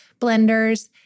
blenders